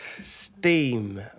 Steam